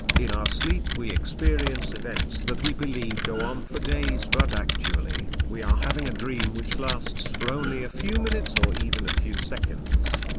in our sleep we experience events that we believe go on for days but actually, we are having a dream which lasts for only a few minutes or even a few seconds.